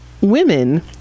Women